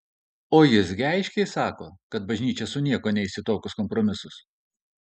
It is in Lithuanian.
o jis gi aiškiai sako kad bažnyčia su niekuo neis į tokius kompromisus